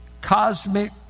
Cosmic